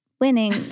Winning